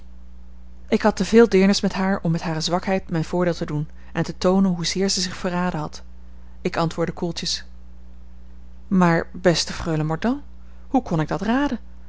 ik had te veel deernis met haar om met hare zwakheid mijn voordeel te doen en te toonen hoezeer zij zich verraden had ik antwoordde koeltjes maar beste freule mordaunt hoe kon ik dat raden